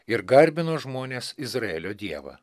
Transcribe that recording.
ir garbino žmonės izraelio dievą